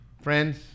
Friends